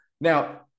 Now